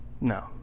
No